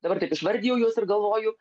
dabar taip išvardijau juos ir galvoju